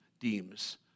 deems